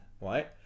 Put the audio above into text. right